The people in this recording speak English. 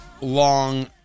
long